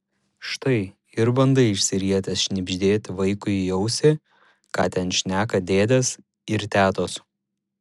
štai ir bandai išsirietęs šnibždėti vaikui į ausį ką ten šneka dėdės ir tetos